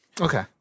Okay